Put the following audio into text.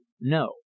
No